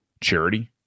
charity